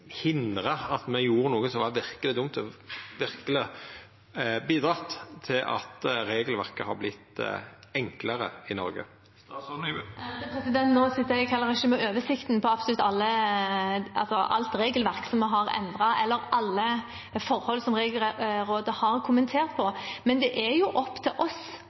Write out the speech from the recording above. hindra at me gjorde noko som var dumt, og verkeleg bidratt til at regelverket har vorte enklare i Noreg? Nå sitter ikke jeg med oversikten over absolutt alt regelverk vi har endret, eller alle forhold som Regelrådet har kommentert. Det er jo opp til oss